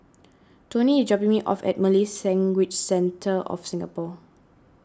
Toni is dropping me off at Malay's Language Centre of Singapore